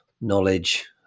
knowledge